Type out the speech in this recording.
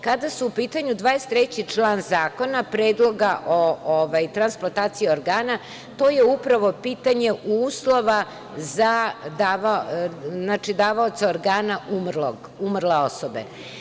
Kada je u pitanju 23. član Predloga ovog zakona, transplantacija organa, to je upravo pitanje uslova davaoca organa umrle osobe.